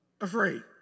afraid